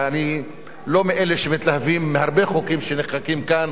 ואני לא מאלה שמתלהבים מהרבה חוקים שנחקקים כאן,